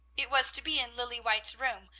it was to be in lilly white's room,